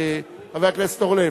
חבר הכנסת אורלב?